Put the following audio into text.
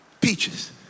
Peaches